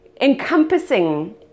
encompassing